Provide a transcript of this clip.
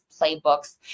playbooks